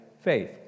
faith